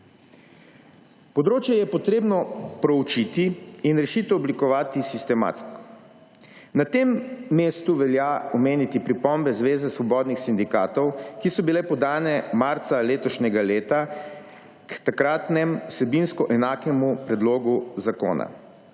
Področje je potrebno preučiti in rešitev oblikovati sistematsko. Na tem mestu velja omeniti pripombe Zveze svobodnih sindikatov, ki so bile podane marca letošnjega leta k takratnemu vsebinsko enakemu predlogu zakona.